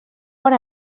bon